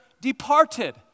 departed